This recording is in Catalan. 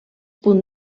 punt